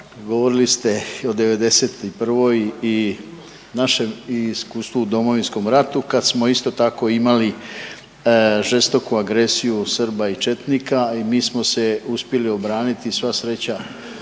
Govorili se o '91. i našem i iskustvu u Domovinskom ratu kad smo isto tako imali žestoku agresiju Srba i četnika, mi smo se uspjeli obraniti, sva sreća,